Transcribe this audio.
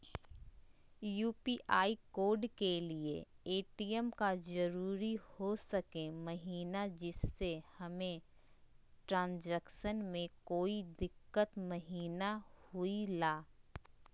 UPI code के लिए ATM का जरूरी हो सके महिना जिससे हमें ट्रांजैक्शन में कोई दिक्कत महिना हुई ला?